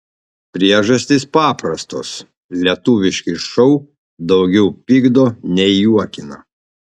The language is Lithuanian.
priežastys paprastos lietuviški šou daugiau pykdo nei juokina